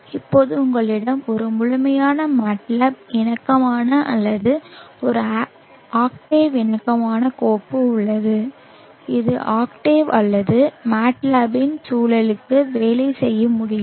இப்போது உங்களிடம் ஒரு முழுமையான MATLAB இணக்கமான அல்லது ஒரு ஆக்டேவ் இணக்கமான கோப்பு உள்ளது இது ஆக்டேவ் அல்லது MATLAB இன் சூழலுக்குள் வேலை செய்ய முடியும்